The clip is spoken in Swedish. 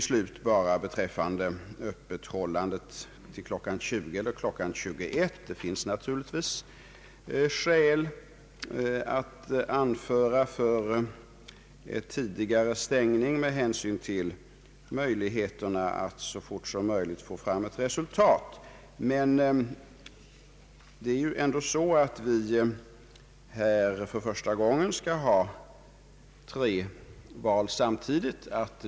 Till slut beträffande öppethållande till kl. 20 eller till kl. 21. Det finns naturligtvis skäl att anföra för en tidigare stängning med hänsyn till möjligheterna att så fort som möjligt få fram ett valresultat. Men det är ju första gången vi skall ha tre val samtidigt.